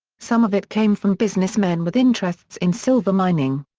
some of it came from businessmen with interests in silver mining.